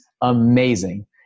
amazing